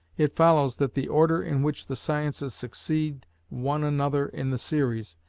it follows that the order in which the sciences succeed one another in the series,